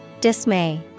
Dismay